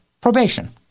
Probation